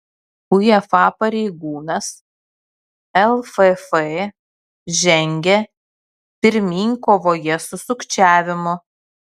uefa pareigūnas lff žengia pirmyn kovoje su sukčiavimu